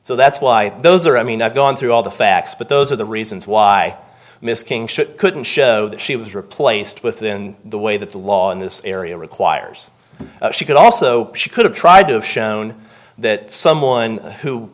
so that's why those are i mean i've gone through all the facts but those are the reasons why miss king should couldn't show that she was replaced within the way that the law in this area requires she could also she could have tried to have shown that someone who